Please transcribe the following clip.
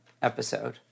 episode